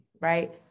right